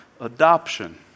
adoption